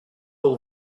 will